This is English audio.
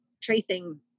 tracing